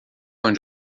onde